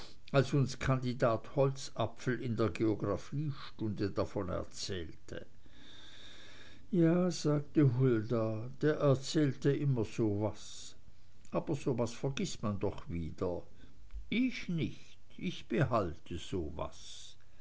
als uns kandidat holzapfel in der geographiestunde davon erzählte ja sagte hulda der erzählte immer so was aber so was vergißt man doch wieder ich nicht ich behalte so was